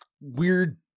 weird